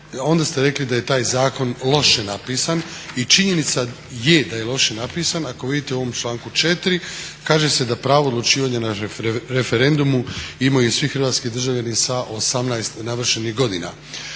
onda ste rekli da je taj zakon loše napisan. I činjenica je da je loše napisan. Ako vidite u ovom članku 4. kaže se da pravo odlučivanja na referendumu imaju svi hrvatski državljani sa 18 navršenih godina.